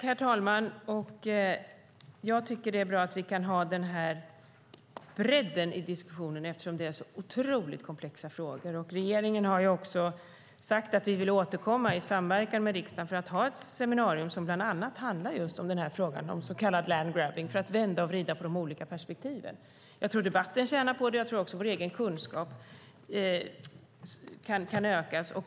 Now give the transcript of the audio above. Herr talman! Jag tycker det är bra att vi kan ha den här bredden i diskussionen eftersom det är så otroligt komplexa frågor. Regeringen har också sagt att vi vill återkomma i samverkan med riksdagen för att ha ett seminarium som bland annat handlar om frågan om så kallad landgrabbing, för att vända och vrida på de olika perspektiven. Jag tror att debatten tjänar på det, och jag tror också att vår egen kunskap kan ökas.